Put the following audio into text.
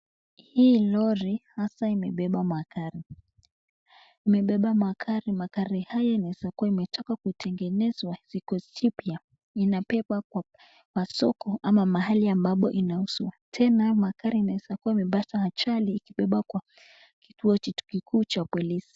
Hii lori hasa imebeba magari, imebeba magari, magari haya inaweza kuwa imetoka kutengenezwa viko jipya, inabebwa kwa soko ama mahali ambapo inauzwa, tena magari inaweza kuwa imepata ajali ikibebwa kwa kituo kikuu cha polisi.